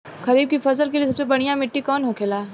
खरीफ की फसल के लिए सबसे बढ़ियां मिट्टी कवन होखेला?